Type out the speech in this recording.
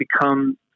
become